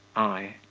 i.